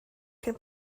cyn